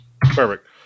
Perfect